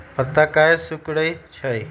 पत्ता काहे सिकुड़े छई?